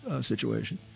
situation